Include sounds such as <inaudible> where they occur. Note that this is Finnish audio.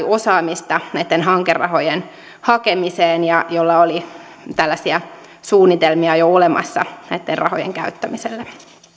<unintelligible> osaamista näitten hankerahojen hakemiseen ja joilla oli jo olemassa tällaisia suunnitelmia näitten rahojen käyttämiseen